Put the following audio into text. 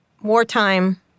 wartime